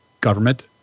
government